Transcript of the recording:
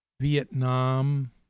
Vietnam